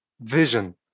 vision